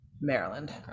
Maryland